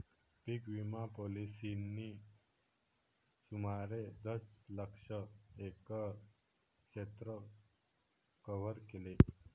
पीक विमा पॉलिसींनी सुमारे दशलक्ष एकर क्षेत्र कव्हर केले